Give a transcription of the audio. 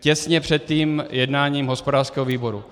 Těsně před jednáním hospodářského výboru.